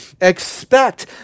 Expect